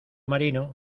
marino